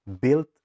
built